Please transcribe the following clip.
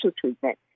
treatment